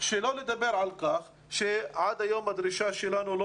שלא לדבר על כך שעד היום הדרישה שלנו לא